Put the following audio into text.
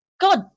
God